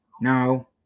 No